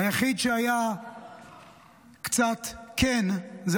היחיד שקצת כן היה,